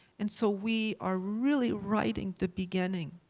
and so we are really writing the beginning,